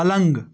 पलङ्ग